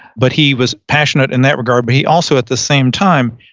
but he was passionate in that regard. but he also at the same time,